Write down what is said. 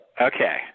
okay